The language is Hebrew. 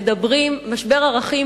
משבר ערכים,